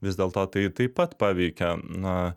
vis dėlto tai taip pat paveikia na